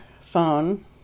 phone